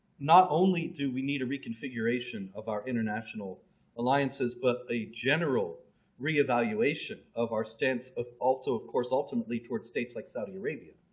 not only do we need a reconfiguration of our international alliances but a general re-evaluation of our stance of also of course ultimately toward states like saudi arabia.